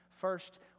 First